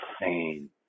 insane